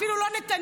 אפילו לא נתניהו,